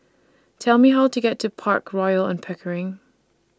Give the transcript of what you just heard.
Tell Me How to get to Park Royal on Pickering